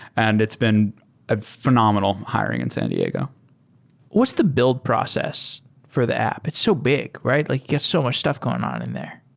and it's been a phenomenal hiring in san diego what's the build process for the app? it's so big, right? you like get so much stuff going on in there.